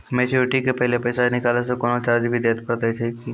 Maturity के पहले पैसा निकालै से कोनो चार्ज भी देत परतै की?